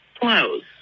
close